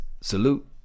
Salute